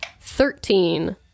Thirteen